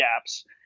gaps